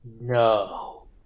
No